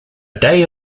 day